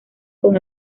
con